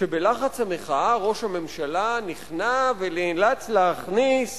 שבלחץ המחאה ראש הממשלה נכנע ונאלץ להכניס